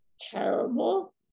terrible